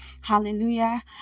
Hallelujah